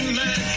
man